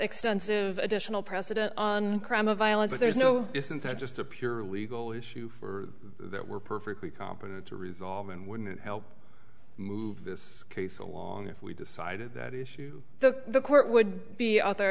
extensive additional precedent on crime of violence there's no isn't that just a pure legal issue for that we're perfectly competent to resolve and wouldn't help move this case along if we decided that issue the court would be out there